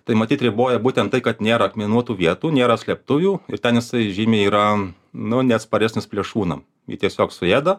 tai matyt riboja būtent tai kad nėra akmenuotų vietų nėra slėptuvių ir ten jisai žymiai yra nu neatsparesnis plėšrūnam jį tiesiog suėda